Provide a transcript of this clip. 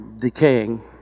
decaying